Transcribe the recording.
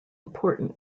important